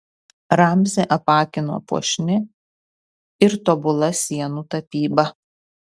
ramzį apakino puošni ir tobula sienų tapyba